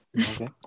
Okay